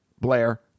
Blair